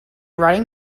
writing